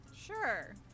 sure